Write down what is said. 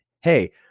hey